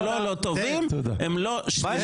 הם לא לא טובים, הם לא שלמים.